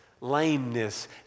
lameness